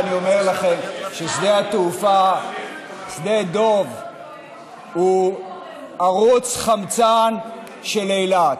ואני אומר לכם ששדה התעופה שדה דב הוא ערוץ חמצן של אילת.